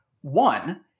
One